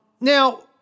Now